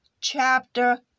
chapter